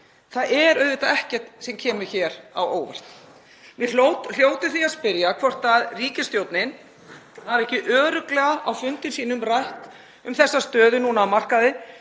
Það er auðvitað ekkert sem kemur hér á óvart. Við hljótum því að spyrja hvort ríkisstjórnin hafi ekki örugglega á fundum sínum rætt um þessa stöðu núna á markaði,